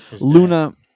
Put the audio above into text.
Luna